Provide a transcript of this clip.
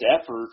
effort